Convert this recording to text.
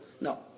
No